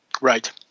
Right